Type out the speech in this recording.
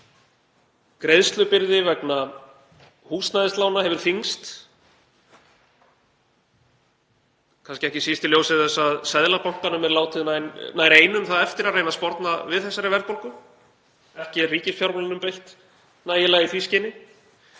Greiðslubyrði vegna húsnæðislána hefur þyngst, kannski ekki síst í ljósi þess að Seðlabankanum er látið nær einum eftir að reyna að sporna við þessari verðbólgu. Ekki er ríkisfjármálunum beitt nægilega í því skyni.